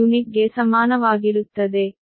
u ಗೆ ಸಮಾನವಾಗಿರುತ್ತದೆ